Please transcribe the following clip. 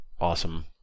awesome